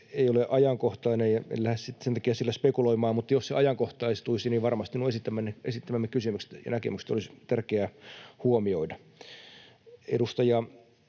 ei ole ajankohtainen, ja en lähde sen takia sillä spekuloimaan, mutta jos se ajankohtaistuisi, niin varmasti nuo esittämänne kysymykset ja näkemykset olisi tärkeä huomioida. Edustaja